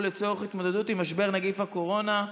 לצורך התמודדות עם משבר נגיף הקורונה,